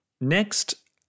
Next